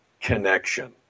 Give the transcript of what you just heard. connection